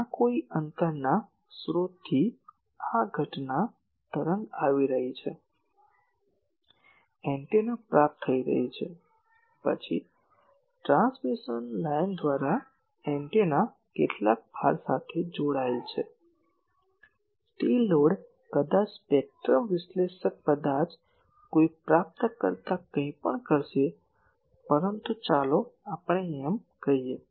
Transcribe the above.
આ કોઈ અંતરના સ્ત્રોતથી આ ઘટના તરંગ આવી રહી છે એન્ટેના તેને રીસીવ કરે છે પછી ટ્રાન્સમિશન લાઇન દ્વારા એન્ટેના કેટલાક ભાર સાથે જોડાયેલ હશે તે લોડ કદાચ સ્પેક્ટ્રમ વિશ્લેષક કદાચ કોઈ પ્રાપ્તકર્તા કંઈ પણ કરશે પરંતુ ચાલો આપણે એમ કહીએ